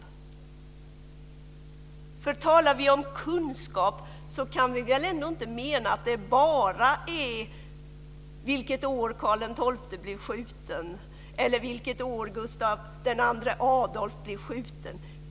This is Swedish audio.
Talar vi om kunskap kan vi väl ändå inte mena att det bara handlar om vilket år Karl XII blev skjuten eller vilket år Gustav II Adolf blev skjuten.